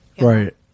Right